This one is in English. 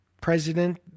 president